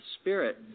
Spirit